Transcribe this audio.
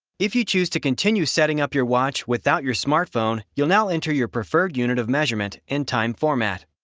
if you choose to continue setting up your watch without your smartphone you'll now enter your preferred unit of measurement and time format.